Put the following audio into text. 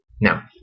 Now